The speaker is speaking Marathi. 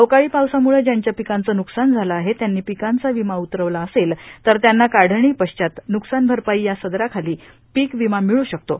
अवकाळी पावसाम्ळ ज्यांच्या पिकांच नुकसान झालं आहे त्यांनी पिकांचा विमा उतरवला असेल तर त्यांना काढणी पश्चात न्कसान भरपाई या सदराखाली पीक वीमा मिळू शकतो